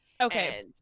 Okay